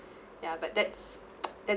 ya but that's that's